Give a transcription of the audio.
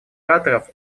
ораторов